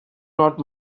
not